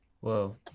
Whoa